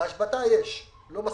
להשבתה יש אבל לא מספיק,